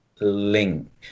link